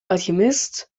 alchemist